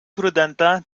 prudenta